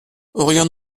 aurions